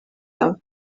tan